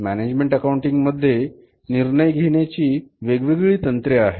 management accounting मध्ये निर्णय घेण्याची वेगवेगळी तंत्रे आहेत